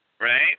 right